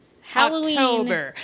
Halloween